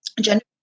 gender